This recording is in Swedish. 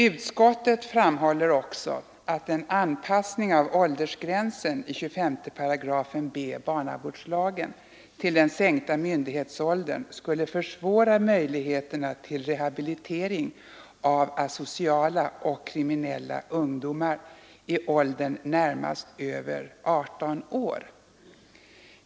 Utskottet framhåller också, att en anpassning av åldersgränsen i 25 § b barnavårdslagen till den sänkta myndighetsåldern skulle försvåra möjligheterna till rehabilitering av asociala och kriminella ungdomar i åldern närmast över 18 år.